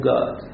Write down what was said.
God